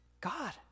God